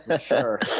sure